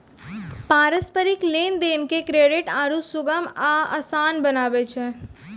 पारस्परिक लेन देन के क्रेडिट आरु सुगम आ असान बनाबै छै